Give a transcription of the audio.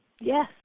Yes